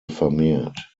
vermehrt